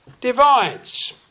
divides